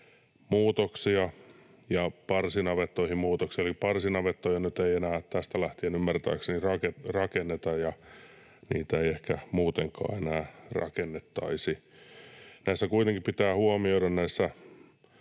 muutoksia ja parsinavettoihin muutoksia, eli parsinavettoja nyt ei enää tästä lähtien ymmärtääkseni rakenneta — niitä ei ehkä muutenkaan enää rakennettaisi. Näissä sikatilojen